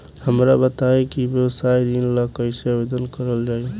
हमरा बताई कि व्यवसाय ऋण ला कइसे आवेदन करल जाई?